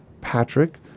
Patrick